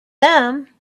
them